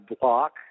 block